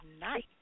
night